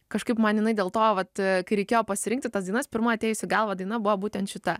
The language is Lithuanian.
kažkaip man jinai dėl to vat kai reikėjo pasirinkti tas dainas pirma atėjusi į galvą daina buvo būtent šita